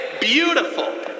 Beautiful